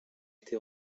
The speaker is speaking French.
été